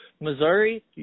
Missouri